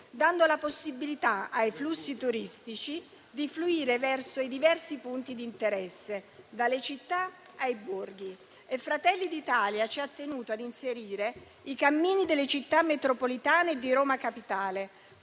dando la possibilità ai flussi turistici di fluire verso i diversi punti di interesse, dalle città ai borghi. Fratelli d'Italia ci ha tenuto a inserire i cammini delle Città metropolitane e di Roma Capitale,